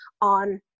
on